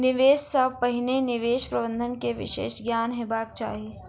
निवेश सॅ पहिने निवेश प्रबंधन के विशेष ज्ञान हेबाक चाही